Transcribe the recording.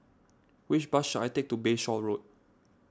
which bus should I take to Bayshore Road